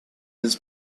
his